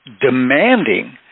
demanding